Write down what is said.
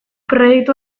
proiektu